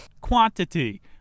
quantity